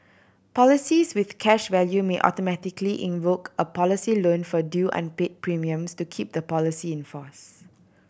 policies with cash value may automatically invoke a policy loan for due unpaid premiums to keep the policy in force